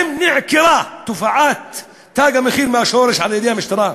האם נעקרה תופעת "תג המחיר" מהשורש על-ידי המשטרה,